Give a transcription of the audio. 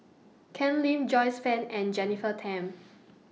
Ken Lim Joyce fan and Jennifer Tham